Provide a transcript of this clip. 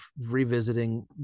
revisiting